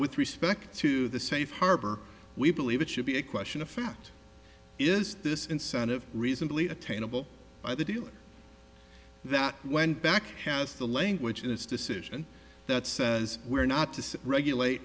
with respect to the safe harbor we believe it should be a question of fact is this incentive recently attainable by the dealer that when back has the language in its decision that says we're not to regulate